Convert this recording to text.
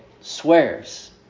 swears